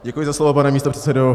Děkuji za slovo, pane místopředsedo.